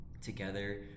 together